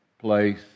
place